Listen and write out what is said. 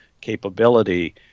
capability